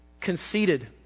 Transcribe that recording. Conceited